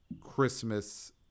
Christmas